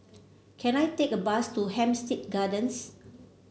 can I take a bus to Hampstead Gardens